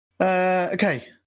Okay